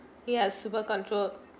ya super control